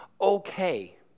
okay